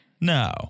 No